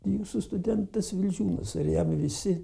jūsų studentas vildžiūnas ar jam visi